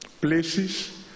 places